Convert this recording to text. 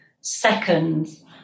seconds